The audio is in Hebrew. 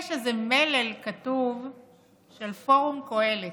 יש איזה מלל כתוב של פורום קהלת,